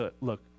look